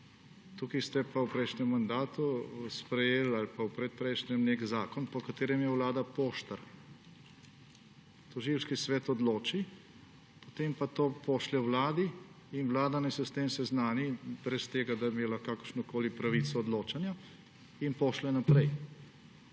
Tukaj ste pa v prejšnjem mandatu ali pa v predprejšnjem sprejeli nek zakon, po katerem je Vlada poštar. Tožilski svet odloči, potem pa to pošlje Vladi in Vlada naj se s tem seznani, ne da bi imela kakršnokoli pravico odločanja in pošlje naprej.